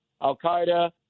al-Qaeda